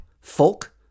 folk